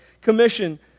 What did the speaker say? Commission